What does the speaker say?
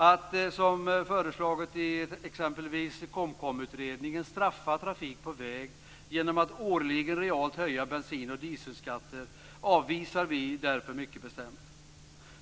Att, som föreslagits i exempelvis utredningen KOMKOM, straffa trafik på väg genom att årligen realt höja bensin och dieselskatter avvisar vi därför mycket bestämt.